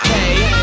Hey